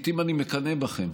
שלעיתים אני מקנא בכם,